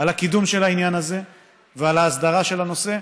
על הקידום של העניין הזה ועל ההסדרה של הנושא.